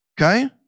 Okay